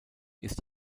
ist